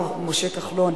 מר משה כחלון.